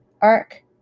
arc